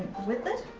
with it.